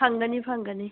ꯐꯪꯒꯅꯤ ꯐꯪꯒꯅꯤ